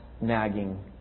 nagging